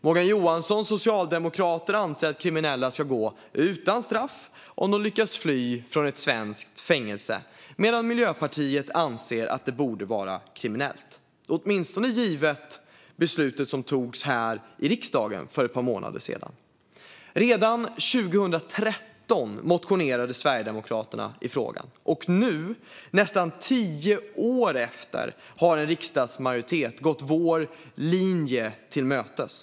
Morgan Johansson och Socialdemokraterna anser att kriminella ska gå utan straff om de lyckas fly från ett svenskt fängelse, medan Miljöpartiet anser att det borde vara kriminellt, åtminstone givet beslutet som togs här i riksdagen för ett par månader sedan. Redan 2013 motionerade Sverigedemokraterna i frågan. Nu, nästan tio år efteråt, har en riksdagsmajoritet gått vår linje till mötes.